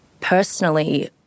Personally